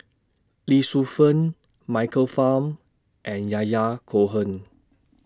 Lee Shu Fen Michael Fam and Yahya Cohen